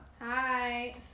Hi